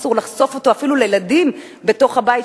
אסור לחשוף אותו אפילו לילדים בתוך הבית,